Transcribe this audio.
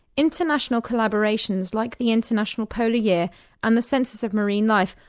international collaborations like the international polar year and the census of marine life,